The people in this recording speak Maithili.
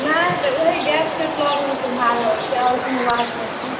नहि तऽ ओहि गैसके मतलब बुझा रहल छै आओर कोनो बात नहि छै